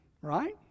Right